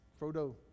Frodo